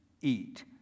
eat